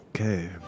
Okay